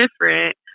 different